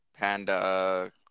panda